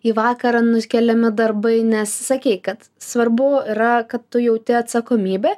į vakarą nuskeliami darbai nes sakei kad svarbu yra kad tu jauti atsakomybę